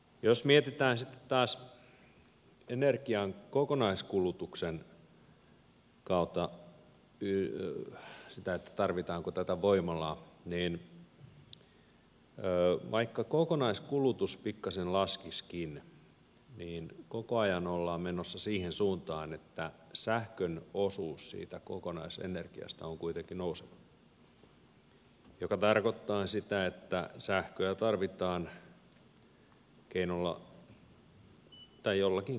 jos mietitään sitten taas energian kokonaiskulutuksen kannalta sitä tarvitaanko tätä voimalaa niin vaikka kokonaiskulutus pikkasen laskisikin niin koko ajan ollaan menossa siihen suuntaan että sähkön osuus siitä kokonaisenergiasta on kuitenkin nouseva mikä tarkoittaa sitä että sähköä tarvitaan jollakin keinolla tehtynä